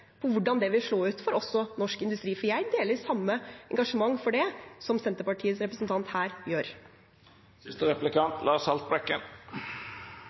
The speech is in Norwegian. hvordan det vil slå ut også for norsk industri. Jeg deler engasjementet til Senterpartiets representant for det.